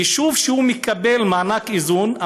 יישוב שמקבל מענק איזון,